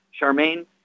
Charmaine